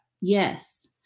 Yes